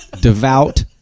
devout